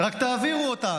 -- רק תעבירו אותה.